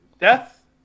Death